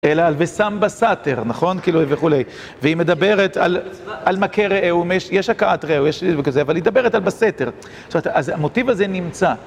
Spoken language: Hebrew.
אלא על ושם בסתר, נכון? וכולי וכולי. והיא מדברת על מכה רעהו, יש הכאת רעהו, יש וכזה, אבל היא מדברת על בסתר. עכשיו, המוטיב הזה נמצא